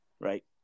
right